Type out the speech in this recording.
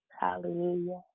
Hallelujah